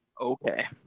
Okay